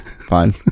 fine